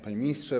Panie Ministrze!